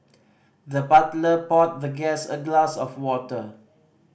the butler poured the guest a glass of water